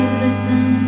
listen